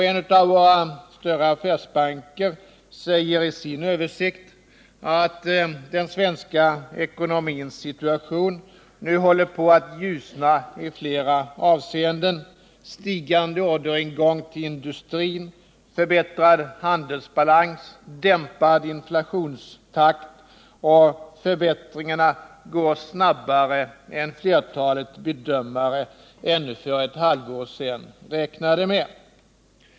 En av våra större affärsbanker säger i sin översikt att den svenska ekonomins situation nu håller på att ljusna i flera avseenden: stigande orderingång till industrin, förbättrad handelsbalans och dämpad inflationstakt. Och förbättringarna går snabbare än flertalet bedömare för ett halvår sedan räknade med.